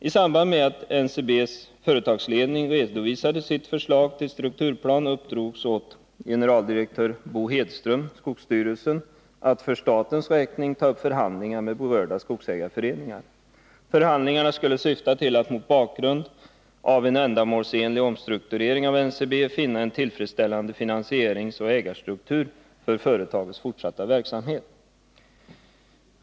I samband med att NCB:s företagsledning redovisade sitt förslag till strukturplan uppdrogs åt skogsstyrelsens generaldirektör Bo Hedström att för statens räkning ta upp förhandlingar med berörda skogsägarföreningar. Förhandlingarna skulle syfta till att mot bakgrund av en ändamålsenlig omstrukturering av NCB finna en tillfredsställande finansieringsoch ägarstruktur för företagets fortsatta verksamhet.